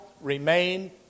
remain